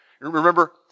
Remember